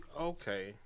Okay